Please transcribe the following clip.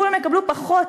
כולם יקבלו פחות,